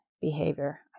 Behavior